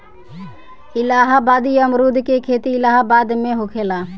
इलाहाबादी अमरुद के खेती इलाहाबाद में होखेला